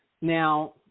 Now